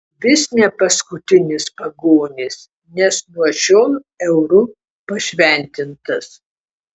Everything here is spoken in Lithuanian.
vis ne paskutinis pagonis nes nuo šiol euru pašventintas